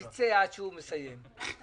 ואתה נשאר בעכו, למה?